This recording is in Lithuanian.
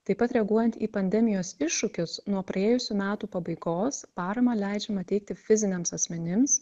taip pat reaguojant į pandemijos iššūkius nuo praėjusių metų pabaigos paramą leidžiama teikti fiziniams asmenims